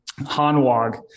hanwag